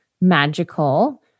magical